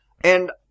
and-